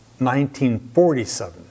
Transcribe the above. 1947